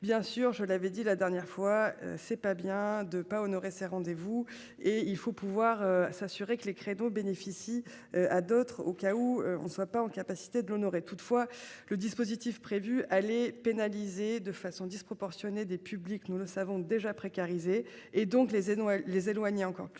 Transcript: bien sûr, je l'avais dit la dernière fois c'est pas bien de pas honoré ses rendez-vous et il faut pouvoir s'assurer que les créneaux bénéficie. À d'autres, au cas où on ne soit pas en capacité de l'honorer. Toutefois le dispositif prévu allez pénaliser de façon disproportionnée des publics, nous le savons déjà précarisés, et donc les les éloigner encore plus